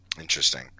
Interesting